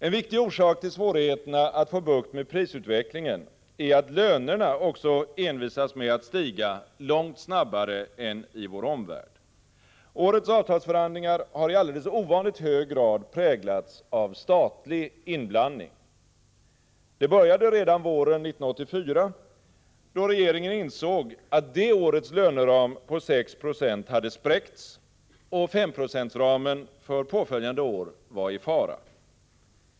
En viktig orsak till svårigheterna att få bukt med prisutvecklingen är att också lönerna envisas med att stiga långt snabbare än i vår omvärld. Årets avtalsförhandlingar har i alldeles ovanligt hög grad präglats av statlig inblandning. Det började redan våren 1984, då regeringen insåg att det årets löneram på 6 70 hade spräckts och att 5-procentsramen för påföljande år var i fara.